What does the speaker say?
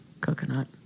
Coconut